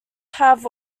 have